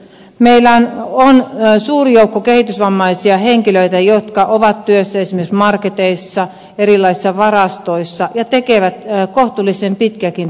meillä on suuri joukko kehitysvammaisia henkilöitä jotka ovat työssä esimerkiksi marketeissa ja erilaisissa varastoissa ja tekevät kohtuullisen pitkiäkin työpäiviä